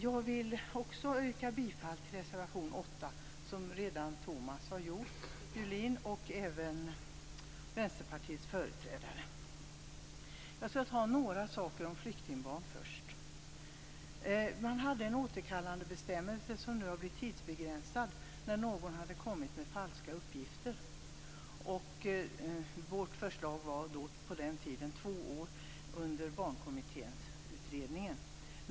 Jag vill också yrka bifall till reservation 8, vilket Thomas Julin och Vänsterpartiets företrädare redan har gjort. Jag skall först ta upp några saker som gäller flyktingbarn. Man hade en återkallandebestämmelse som nu har blivit tidsbegränsad och som gäller de människor som har kommit med falska uppgifter. Vårt förslag på den tiden, då Barnkommittéutredningen arbetade, var två år.